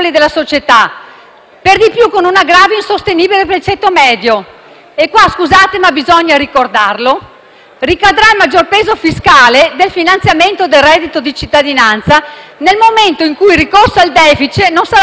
per di più con un aggravio insostenibile per il ceto medio, su cui - scusate, ma occorre ricordarlo - ricadrà il maggior peso fiscale del finanziamento del reddito di cittadinanza nel momento in cui il ricorso al *deficit* non sarà più praticabile.